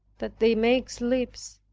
that they make slips,